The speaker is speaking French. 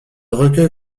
recueil